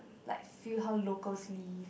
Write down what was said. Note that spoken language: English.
like see how locals live